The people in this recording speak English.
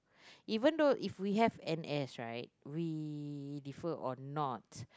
even though if we have N_S right we differ or not